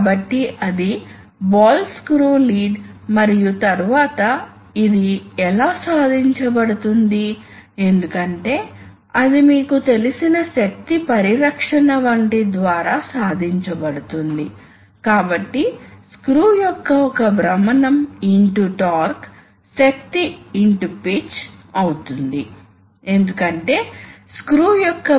కాబట్టి ఈ valve shift అయ్యి ఈ పొజిషన్ కి వెళ్తుంది మరియు ఆ తరువాత మనం లాక్ అవుతాము ఆ సమయంలో ప్రవాహం దీని గుండా వెళుతుంది ఎందుకంటే ఇది మూసివేయబడింది మరియు ఇది చెక్ వాల్వ్ కనుక ఇది పాస్ అవుతుంది దీని ద్వారా ఒక నిర్దిష్ట సమయం తరువాత ప్రవాహం కేవలం 5 fpm మాత్రమే అవుతుంది fpm అంటే ఫీట్ క్యూబ్ పర్ మినిట్ అంటే అది ఒక యూనిట్